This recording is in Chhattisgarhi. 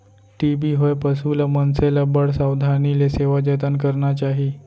टी.बी होए पसु ल, मनसे ल बड़ सावधानी ले सेवा जतन करना चाही